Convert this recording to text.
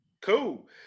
cool